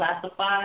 classify